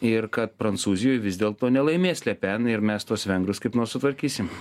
ir kad prancūzijoj vis dėlto nelaimės le pen ir mes tuos vengrus kaip nors sutvarkysim